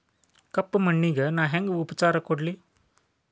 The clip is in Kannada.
ಕಪ್ಪ ಮಣ್ಣಿಗ ನಾ ಹೆಂಗ್ ಉಪಚಾರ ಕೊಡ್ಲಿ?